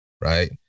right